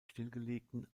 stillgelegten